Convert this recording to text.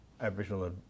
Aboriginal